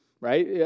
right